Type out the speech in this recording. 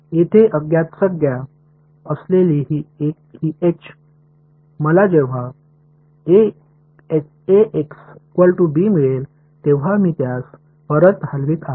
येथे अज्ञात संज्ञा असलेली ही एच मला जेव्हा मिळेल तेव्हा मी त्यास परत हलवित आहे